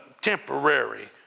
temporary